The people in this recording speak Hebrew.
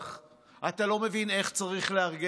אתה לא מבין איך צריך לארגן משטרה.